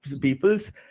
people's